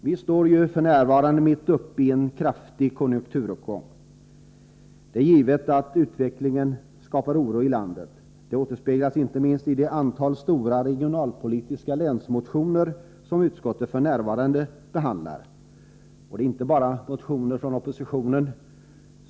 Vi står ju f. n. mitt uppe i en kraftig konjunkturuppgång. Det är givet att utvecklingen skapar oro i landet. Detta återspeglas inte minst i det stora antalet regionalpolitiska länsmotioner som utskottet f.n. behandlar. Det är inte bara motioner från oppositionen.